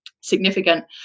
significant